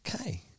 Okay